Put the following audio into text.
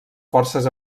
forces